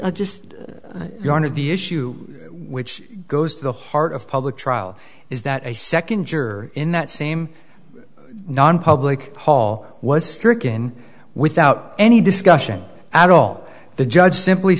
m just going to the issue which goes to the heart of public trial is that a second juror in that same nonpublic paul was stricken without any discussion at all the judge simply